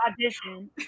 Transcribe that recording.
audition